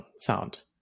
sound